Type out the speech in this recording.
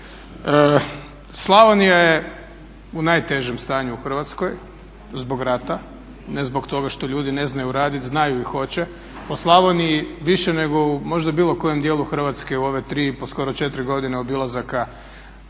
Slavonija je u najtežem stanju u Hrvatskoj zbog rata, ne zbog toga što ljudi ne znaju raditi, znaju i hoće. U Slavoniji više nego u možda bilo kojem dijelu Hrvatske u ove 3,5 skoro 4 godine obilazaka